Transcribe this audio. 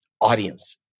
audience